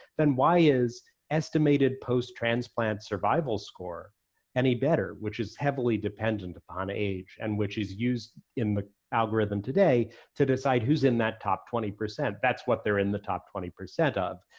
then why is estimated posttransplant survival score any better, which is heavily dependent upon age, and which is used in the algorithm today to decide who's in that top twenty. that's that's what they're in the top twenty percent of,